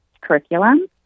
curriculum